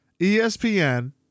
ESPN